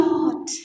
Lord